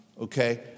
okay